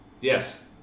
Yes